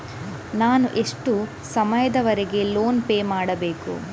ನಾನು ಎಷ್ಟು ಸಮಯದವರೆಗೆ ಲೋನ್ ಪೇ ಮಾಡಬೇಕು?